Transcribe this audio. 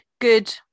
good